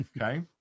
Okay